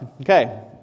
Okay